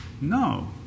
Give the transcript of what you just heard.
no